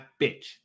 bitch